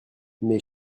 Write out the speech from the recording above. mes